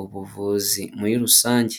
ubuvuzi muri rusange.